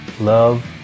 love